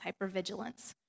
hypervigilance